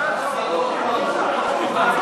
זה שתי הצבעות נפרדות.